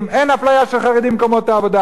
אין אפליה של חרדים במקומות העבודה.